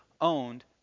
owned